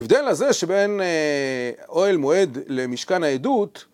הבדל הזה שבין אוהל מועד למשכן העדות